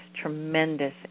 tremendous